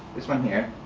this one here,